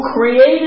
created